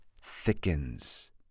thickens